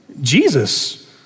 Jesus